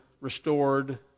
restored